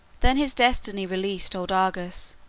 then his destiny released old argus,